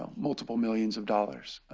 ah multiple millions of dollars.